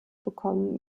bekommen